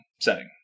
setting